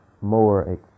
more